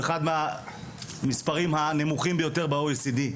יש אצלנו כמעט המספר הנמוך ביותר ב-OECD.